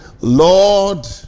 lord